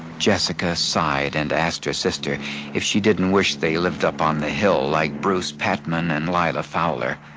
jessica sighed and asked her sister if she didn't wish they lived up on the hill like bruce patman and lyla fowler.